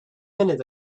minutes